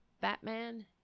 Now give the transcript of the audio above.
Batman